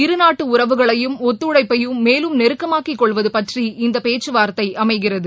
இருநாட்டு உறவுகளையும் ஒத்துழழப்பையும் மேலும் நெருக்கமாக்கிகொள்வது பற்றி இந்த பேச்சுவார்ததை அமைகிறது